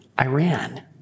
Iran